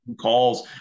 calls